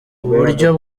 uburyo